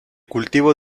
cultivo